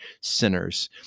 sinners